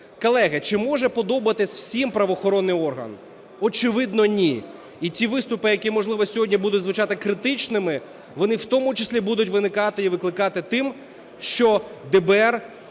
Колеги, чи може подобатися всім правоохоронний орган? Очевидно, ні. І ті виступи, які, можливо, сьогодні будуть звучати критичними, вони в тому числі будуть виникати і викликати тим, що ДБР